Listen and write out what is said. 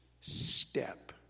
step